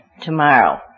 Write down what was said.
tomorrow